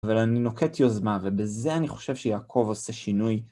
אבל אני נוקט יוזמה, ובזה אני חושב שיעקב עושה שינוי.